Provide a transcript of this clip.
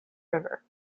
river